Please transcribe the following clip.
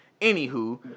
Anywho